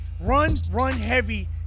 run-run-heavy